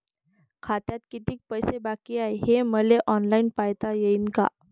खात्यात कितीक पैसे बाकी हाय हे मले ऑनलाईन पायता येईन का?